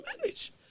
manage